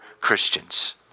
Christians